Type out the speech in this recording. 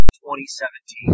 2017